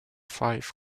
fife